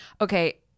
Okay